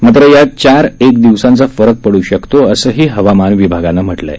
मात्र यात चार एक दिवसांचा फरक पडू शकतो असंही हवामान विभागानं म्हटलं आहे